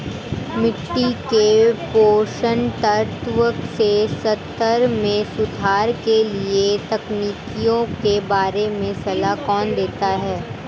मिट्टी के पोषक तत्वों के स्तर में सुधार के लिए तकनीकों के बारे में सलाह कौन देता है?